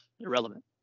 irrelevant